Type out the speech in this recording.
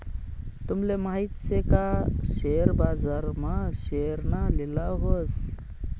तूमले माहित शे का शेअर बाजार मा शेअरना लिलाव व्हस